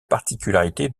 particularité